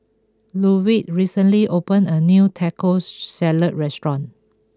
Ludwig recently opened a new Tacos Salad restaurant